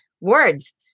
words